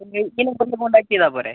ഈ നമ്പറില് കോൺടാക്ട് ചെയ്താൽ പോരെ